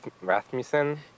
Rasmussen